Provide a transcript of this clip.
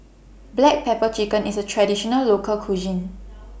Black Pepper Chicken IS A Traditional Local Cuisine